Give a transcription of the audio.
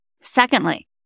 Secondly